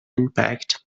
impact